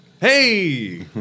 Hey